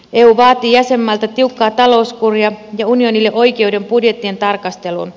eu vaatii jäsenmailta tiukkaa talouskuria ja unionille oikeuden budjettien tarkasteluun